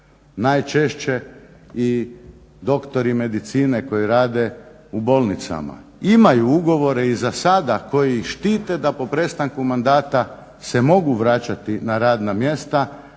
najčešće i doktori medicine koji rade u bolnicama imaju ugovore i za sada koji ih štite da po prestanku mandata se mogu vračati na radna mjesta